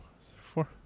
Four